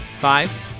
Five